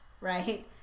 right